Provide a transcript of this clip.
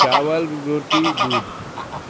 چاول روٹی دودھ